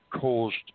caused